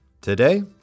Today